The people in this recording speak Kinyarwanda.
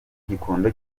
gikondo